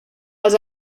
els